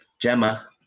Gemma